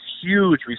huge